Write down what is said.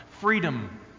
freedom